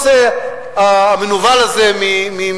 תראו מה עושה המנוול הזה מהצפון,